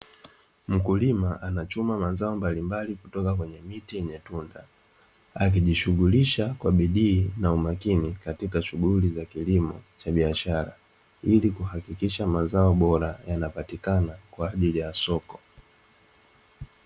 Mkulima anachuma mazao mbalimbali kutoka kwenye miti yenye tunda, akijishughulisha kwa bidii na umakini katika shughuli za kilimo cha biashara, ili kuhakikisha mazao bora yanapatikana kwa ajili ya soko.